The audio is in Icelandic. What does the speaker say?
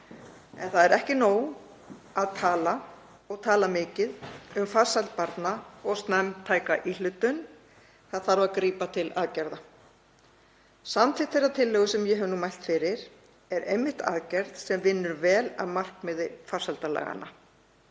En það er ekki nóg að tala og tala mikið um farsæld barna og snemmtæka íhlutun. Það þarf að grípa til aðgerða. Samþykkt þeirrar tillögu sem ég hef nú mælt fyrir er einmitt aðgerð sem vinnur vel að markmiði farsældarlaganna.